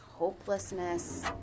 hopelessness